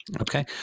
Okay